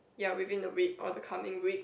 ya within the week or the coming week